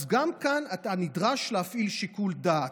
אז גם כאן אתה נדרש להפעיל שיקול דעת.